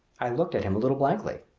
i looked at him a little blankly.